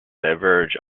diverge